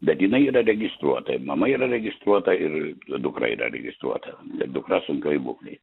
bet jinai yra registruota mama yra registruota ir dukra yra registruota dukra sunkioj būklėj